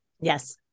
Yes